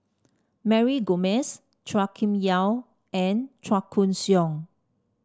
Mary Gomes Chua Kim Yeow and Chua Koon Siong